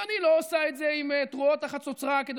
ואני לא עושה את זה עם תרועות חצוצרה כדי